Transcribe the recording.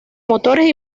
motores